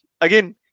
Again